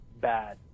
bad